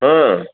हा